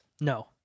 No